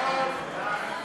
סעיפים 1 6